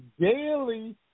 daily